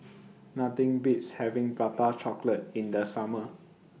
Nothing Beats having Prata Chocolate in The Summer